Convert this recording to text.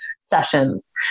sessions